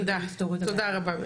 תודה רבה.